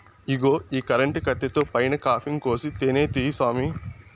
ఇగో ఈ కరెంటు కత్తితో పైన కాపింగ్ కోసి తేనే తీయి సామీ